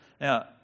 Now